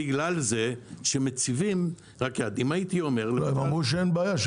הם אמרו שאין בעיה,